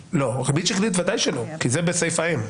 ריבית שקלית ודאי שלא, כי זה בסעיף האם.